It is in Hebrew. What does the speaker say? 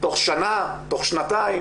תוך שנה, תוך שנתיים?